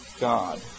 God